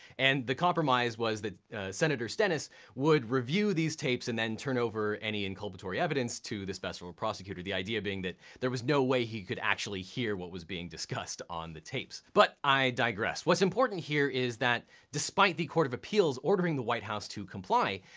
and the compromise was that senator stennis would review these tapes and then turn over any inculpatory evidence to the special ah prosecutor, the idea being that there was no way he could actually hear what was being discussed on the tapes, but i digress. what's important here is that despite the court of appeals ordering the white house to comply,